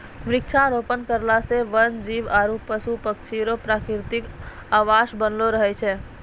वृक्षारोपण करला से वन जीब आरु पशु पक्षी रो प्रकृतिक आवास बनलो रहै छै